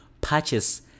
purchase